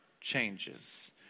changes